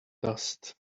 dust